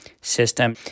system